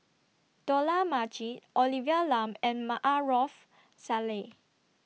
Dollah Majid Olivia Lum and Maarof Salleh